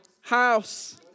house